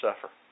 suffer